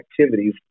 activities